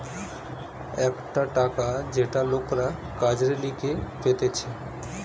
একটা টাকা যেটা লোকরা কাজের লিগে পেতেছে